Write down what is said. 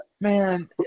man